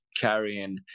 carrying